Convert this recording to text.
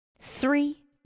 Three